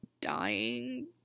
dying